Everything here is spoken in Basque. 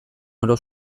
oro